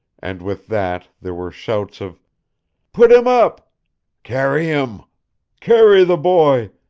and with that there were shouts of put him up carry him carry the boy,